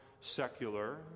secular